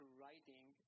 writing